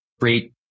great